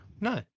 No